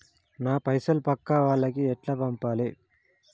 నా పైసలు పక్కా వాళ్లకి ఎట్లా పంపాలి?